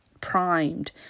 primed